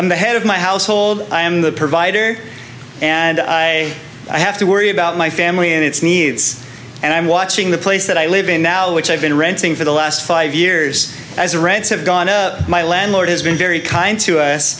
i'm the head of my household i am the provider and i have to worry about my family and its needs and i'm watching the place that i live in now which i've been renting for the last five years as rents have gone up my landlord has been very kind to us